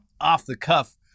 off-the-cuff